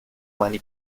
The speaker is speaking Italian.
mani